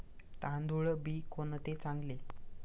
तांदूळ बी कोणते चांगले?